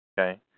Okay